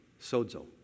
Sozo